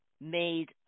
made